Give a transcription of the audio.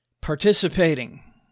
participating